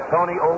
Tony